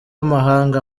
amahanga